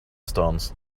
stones